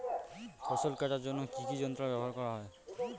ফসল কাটার জন্য কি কি যন্ত্র ব্যাবহার করা হয়?